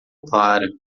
clara